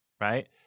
right